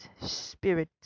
spirit